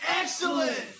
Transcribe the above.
Excellent